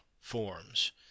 forms